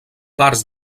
parts